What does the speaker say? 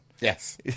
Yes